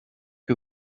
que